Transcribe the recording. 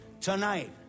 Tonight